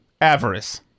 avarice